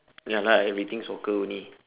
ya lah everything soccer only